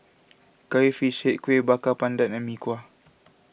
Curry Fish Head Kueh Bakar Pandan and Mee Kuah